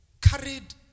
carried